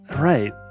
Right